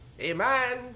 Amen